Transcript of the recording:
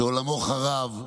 שעולמו חרב,